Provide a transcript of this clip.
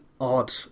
odd